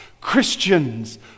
Christians